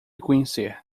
conhecer